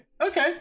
Okay